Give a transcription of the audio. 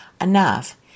enough